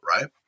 right